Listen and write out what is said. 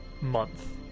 Month